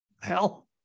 hell